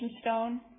stone